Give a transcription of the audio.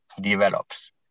develops